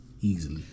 easily